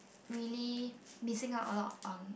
really missing out a lot on